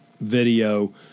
video